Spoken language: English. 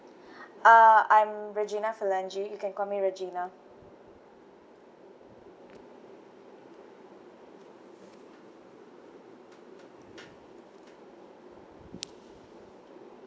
uh I'm regina phalange you can call me regina